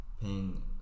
paying